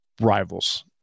rivals